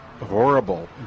horrible